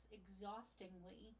exhaustingly